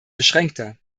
beschränkter